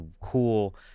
cool